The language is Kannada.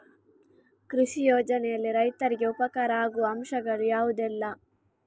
ಕೃಷಿ ಯೋಜನೆಯಲ್ಲಿ ರೈತರಿಗೆ ಉಪಕಾರ ಆಗುವ ಅಂಶಗಳು ಯಾವುದೆಲ್ಲ?